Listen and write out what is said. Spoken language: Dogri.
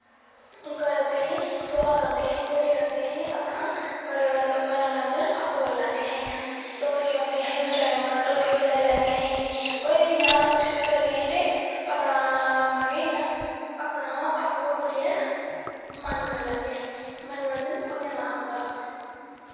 केह् करदियां हां सोहाग गादियां हां घोड़ियां गांदियां हां अपना मनोरंजन आपूं करी लैंदियां हां ढोलकियां होंदियां हां उस टाईम ढोलकियां बज़ाई लैंदियां हां कोई बी इ'यां कुछ बी करदियां हां ते अपना मतलब कि इ'यां अपना अप्पूं गै बोलियै मनोरंजन होई जंदा हा उं'दा